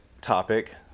topic